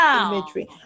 imagery